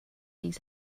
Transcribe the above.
these